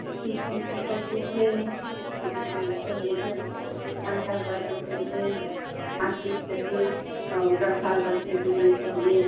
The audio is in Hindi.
तीस हमको चाहिए थे चाहिए थे पाँच साल बच्चों के लिए पाँच पीस चाहिए और दस साल बच्चे के लिए चाहिए